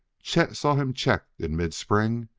chet saw him checked in mid-spring,